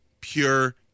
pure